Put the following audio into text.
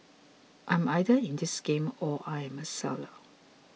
I'm either in this game or I'm a seller